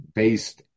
based